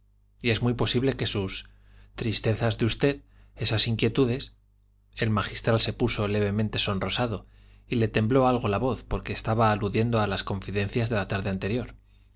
cuerdamente es muy posible que sus tristezas de usted esas inquietudes el magistral se puso levemente sonrosado y le tembló algo la voz porque estaba aludiendo a las confidencias de la tarde anterior